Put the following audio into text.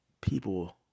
people